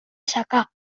secà